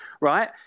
right